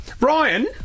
Ryan